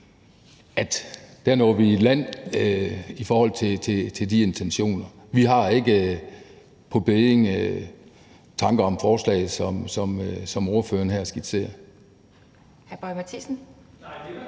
også når i land i forhold til de intentioner. Vi har ikke på bedding tanker om forslag, som ordføreren her skitserer.